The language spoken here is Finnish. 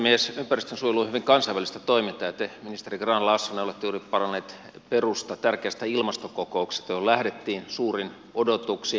ympäristönsuojelu on hyvin kansainvälistä toimintaa ja te ministeri grahn laasonen olette juuri palannut perusta tärkeästä ilmastokokouksesta johon lähdettiin suurin odotuksin